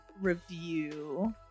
review